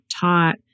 taught